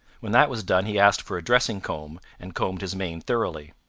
when that was done he asked for a dressing-comb, and combed his mane thoroughly.